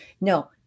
No